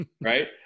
Right